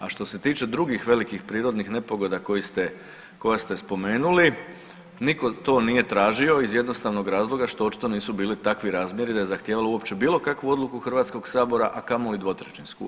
A što se tiče drugih velikih prirodnih nepogoda koja ste spomenuli, niko to nije tražio iz jednostavnog razloga što očito nisu bili takvi razmjeri da je zahtijevalo uopće bilo kakvu odluku HS-a, a kamoli dvotrećinsku.